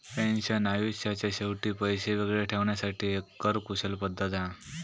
pension आयुष्याच्या शेवटी पैशे वेगळे ठेवण्यासाठी एक कर कुशल पद्धत हा